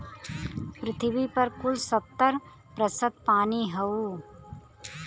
पृथ्वी पर कुल सत्तर प्रतिशत पानी हउवे